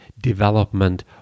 development